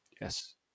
Yes